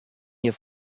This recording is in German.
ihr